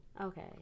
okay